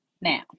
Now